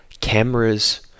cameras